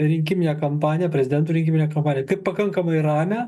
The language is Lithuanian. rinkiminę kampaniją prezidento rinkiminę kaip pakankamai ramią